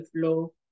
flow